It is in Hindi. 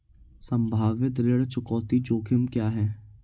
संभावित ऋण चुकौती जोखिम क्या हैं?